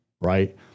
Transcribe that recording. right